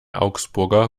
augsburger